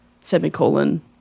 Semicolon